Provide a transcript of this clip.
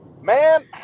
Man